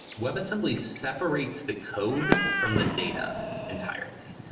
webassembly separates the code from the data entirely.